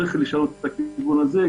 יש לשנות את הכיוון הזה.